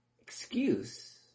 excuse